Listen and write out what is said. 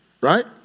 right